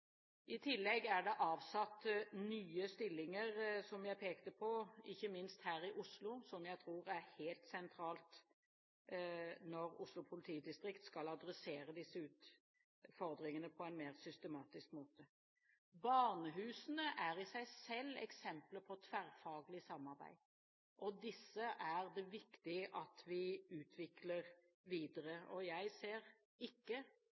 I tillegg er det, som jeg pekte på, avsatt nye stillinger, ikke minst her i Oslo, noe jeg tror er helt sentralt når Oslo politidistrikt skal adressere disse utfordringene på en mer systematisk måte. Barnehusene er i seg selv et eksempel på tverrfaglig samarbeid, og disse er det viktig at vi utvikler videre. Jeg ser ikke